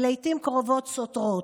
ולעיתים קרובות סותרות,